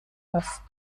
است